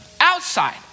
outside